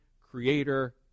creator